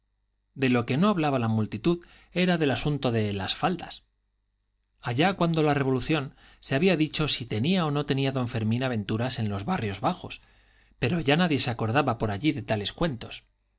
de lo que no hablaba la multitud era del asunto de las faldas allá cuando la revolución se había dicho si tenía o no tenía don fermín aventuras en los barrios bajos pero ya nadie se acordaba por allí de tales cuentos